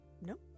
no